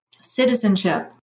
citizenship